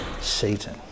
Satan